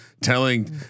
telling